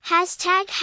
Hashtag